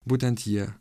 būtent jie